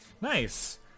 Nice